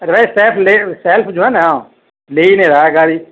ارے self جو ہے نا لے ہی نہیں رہا ہے گاڑی